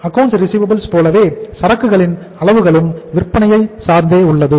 accounts receivables போலவே சரக்குகளின் அளவுகளும் விற்பனையை சார்ந்து உள்ளது